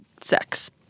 sex